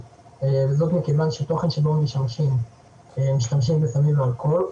וזאת מכיוון שתוכן שבו משתמשים בסמים ואלכוהול,